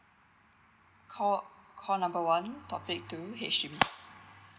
call call number one topic two H_D_B